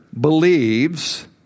believes